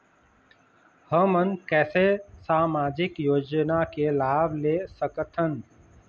हमन कैसे सामाजिक योजना के लाभ ले सकथन?